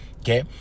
Okay